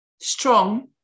strong